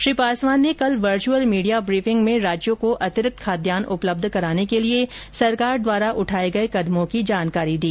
श्री पासवान ने कल virtual media briefing में राज्यों को अतिरिक्त खाद्यान्न उपलब्ध कराने के लिए सरकार द्वारा उठाये गये कदमों की जानकारी दी